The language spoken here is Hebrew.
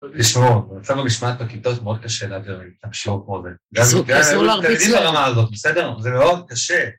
תשמעו, מצב המשמעת בכיתות מאוד קשה לדבר עם תקשורות כמו זה. גם אם תלמדי את הרמה הזאת, בסדר? זה מאוד קשה.